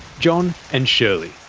john and shirley.